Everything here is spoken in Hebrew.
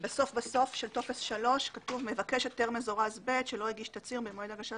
בסוף של טופס 3 כתוב "מבקש היתר מזורז ב' שלא הגיש תצהיר ממועד הגשת